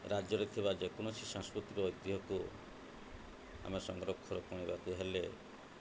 ରାଜ୍ୟରେ ଥିବା ଯେକୌଣସି ସାଂସ୍କୃତିକ ଐତିହ୍ୟକୁ ଆମେ ସଂରକ୍ଷଣ ହେଲେ